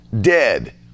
dead